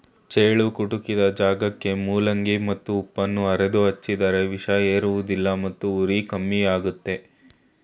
ಚೇಳು ಕುಟುಕಿದ ಜಾಗಕ್ಕೆ ಮೂಲಂಗಿ ಮತ್ತು ಉಪ್ಪನ್ನು ಅರೆದು ಹಚ್ಚಿದರೆ ವಿಷ ಏರುವುದಿಲ್ಲ ಮತ್ತು ಉರಿ ಕಮ್ಮಿಯಾಗ್ತದೆ